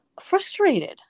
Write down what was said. frustrated